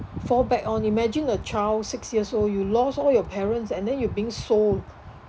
fall back on imagine a child six years old you lost all your parents and then you being sold